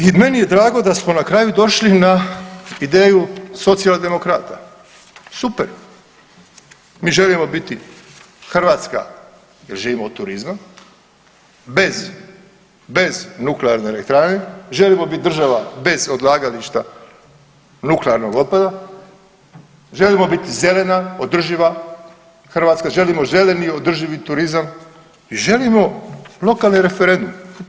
I meni je drago da smo na kraju došli na ideju Socijaldemokrata, super, mi želimo biti Hrvatska jer živimo od turizma, bez, bez nuklearne elektrane, želimo bit država bez odlagališta nuklearnog otpada, želimo biti zelena, održiva Hrvatska, želimo zeleni održivi turizma i želimo lokalni referendum to je to.